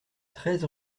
treize